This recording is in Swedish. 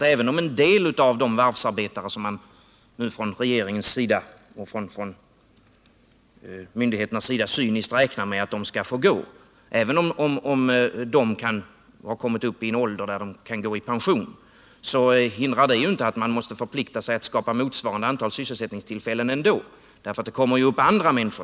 Även om en del av de varvsarbetare, som regeringen och myndigheterna cyniskt räknar med skall få gå har kommit upp i en ålder där de kan gå i pension, så hindrar det ju inte att man måste förplikta sig att skapa motsvarande antal sysselsättningstillfällen ändå. Det kommer ju upp andra människor.